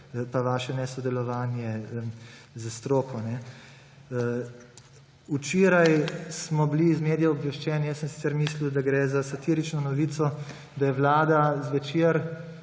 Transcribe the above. pa vaše nesodelovanje s stroko. Včeraj smo bili iz medijev obveščeni, jaz sem sicer mislil, da gre za satirično novico, da je Vlada zvečer